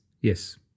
Yes